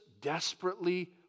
desperately